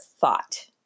thought